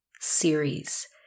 Series